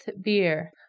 Beer